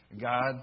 God